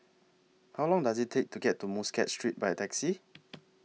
How Long Does IT Take to get to Muscat Street By Taxi